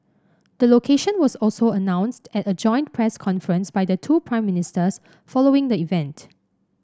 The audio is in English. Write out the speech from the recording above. the location was also announced at a joint press conference by the two Prime Ministers following the event